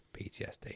PTSD